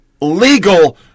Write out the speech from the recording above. legal